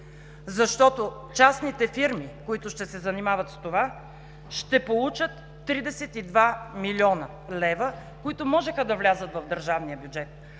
бюджета. Частните фирми, които ще се занимават с това, ще получат 32 млн. лв., които можеха да влязат в държавния бюджет,